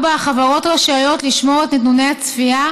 4. החברות רשאיות לשמור את נתוני הצפייה